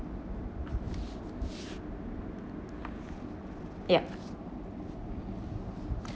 ya